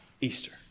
Easter